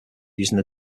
using